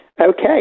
Okay